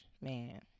man